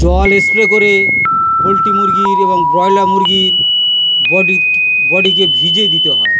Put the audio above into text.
জল স্প্রে করে পোলট্রি মুরগির এবং ব্রয়লার মুরগির বডির বডিকে ভিজে দিতে হয়